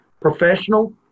professional